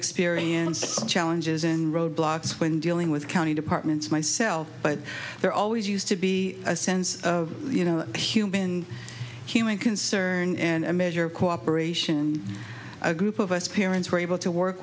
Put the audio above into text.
experienced some challenges in roadblocks when dealing with county departments myself but there always used to be a sense of you know human human concern and a measure of cooperation and a group of us parents were able to work